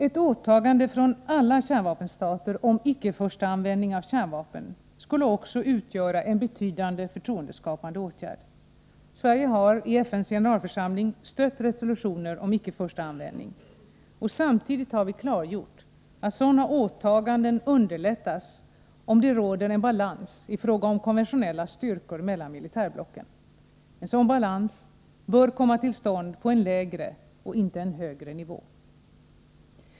Ett åtagande från alla kärnvapenstater om icke-förstaanvändning av kärnvapen skulle också utgöra en betydande förtroendeskapande åtgärd. Sverige har i FN:s generalförsamling stött resolutioner om icke-förstaanvändning. Samtidigt har vi klargjort att sådana åtaganden underlättas om det råder en balans i fråga om konventionella styrkor mellan militärblocken. En sådan balans bör komma till stånd på en lägre och inte en högre nivå.